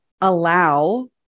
allow